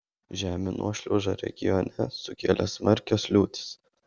žemių nuošliaužą regione sukėlė smarkios liūtys